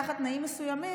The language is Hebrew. תחת תנאים מסוימים,